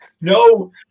no